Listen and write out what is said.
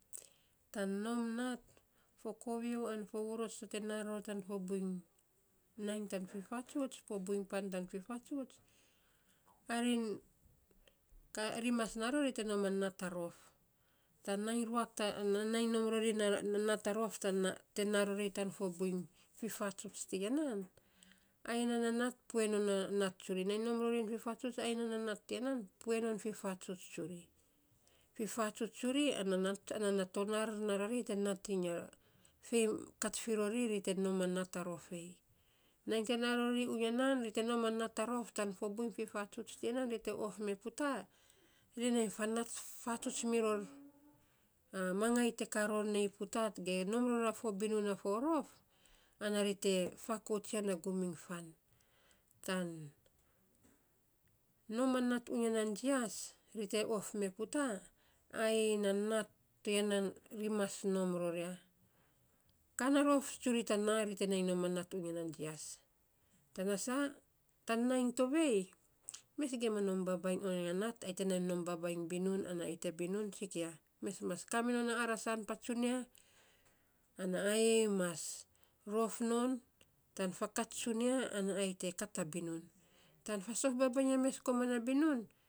Tan nom nat, fo koviou an fo vurots to te naa ror tan fo buiny nainy tan fifatsuts fo buiny fan tan fifatsuts ri mas naa ror ri te nom a nat a rof tan nainy ruak te naa rori ta fo buiny fifatsuts tiya nan. Ai nan na nat pue non na nat tsuri, nainy nom rori fifatsuts tsuri ai nan na nat tiya nan pue non fifatsuts tsuri, fifatsuts tsuri ana tonaar na rori te natting iny a fei kat fi rori ri te nom a nat a rof. ei nam te naa rori unya nan ri te nom a nat a rof tan buiny fifatsuts ti yan nan ri te of me puta, ri nai fanat, fatsuts miror a, mangaii te kaa ror nei puta ge nom ror a binum a fo rof ana ri te fakouts ya na gum iny fan tan nom a nat unya nan jias ri te of tsuri tan a ri te of mee puta, ayei na nat toya nan ri mas nom ror ya. Kaa na rof tsuri tan naa ri te nom anat tuwa ya jias, tana sa tan, nainy tovei, mes gima nom baabainy oiny a nat ayei te nom baabainy bibun ai te bibun sikia, mes mas kaa mena arasan patsun ya, ana ayei mas rof non tan fakats tsunia ana eyei te kat a binun, tan fasof baabainy a mes koman na binun.